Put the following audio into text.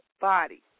body